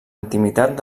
intimitat